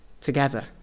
together